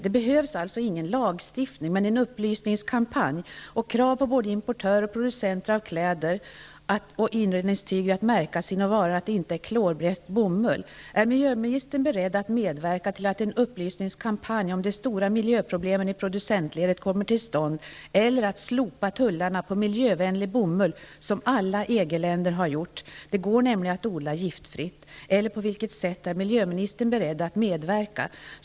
Det behövs alltså inte en lagstiftning, men däremot en upplysningskampanj och krav på både importörer och producenter av kläder och inredningstyger att märka sina varor med att de inte är gjorda av klorblekt bomull. Är miljöministern beredd att medverka till att en upplysningskampanj om de stora miljöproblemen i producentledet kommer till stånd eller att slopa tullarna på miljövänlig bomull -- som alla EG länder har gjort? Det går nämligen att odla giftfritt. På vilket sätt är miljöministern beredd att medverka?